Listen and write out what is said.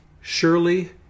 Surely